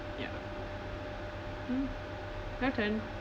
ya mm your turn